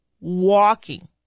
walking